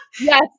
yes